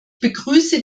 begrüße